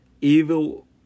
Evil